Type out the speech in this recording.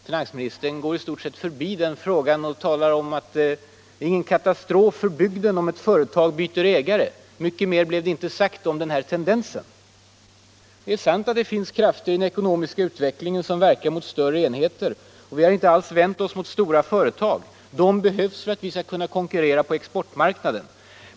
Finansministern gick i stort sett förbi den frågan och sade att det inte är ”någon katastrof för bygden om ett företag byter ägare”. Mycket mer blev det inte sagt om den här tendensen. Det är sant att det finns krafter i den ekonomiska utvecklingen som verkar mot större enheter. Vi har inte alls vänt oss mot stora företag. De behövs för att vi skall kunna konkurrera på exportmarknaden.